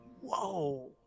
Whoa